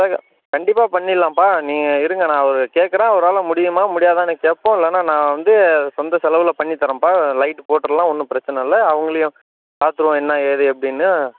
கண்டிப்பாக பண்ணிடலாம்ப்பா நீங்கள் இருங்க நான் அவர் கேட்குறேன் அவரால் முடியுமா முடியாதானு கேட்போம் இல்லைனா நான் வந்து சொந்த செலவில் பண்ணித் தரேன்ப்பா லைட் போட்டுருலாம் ஒன்றும் பிரச்சனை இல்லை அவங்களையும் பார்த்துருவோம் என்ன ஏது எப்படின்னு